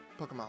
Pokemon